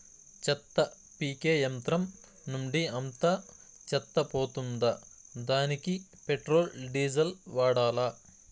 చెత్త పీకే యంత్రం నుండి అంతా చెత్త పోతుందా? దానికీ పెట్రోల్, డీజిల్ వాడాలా?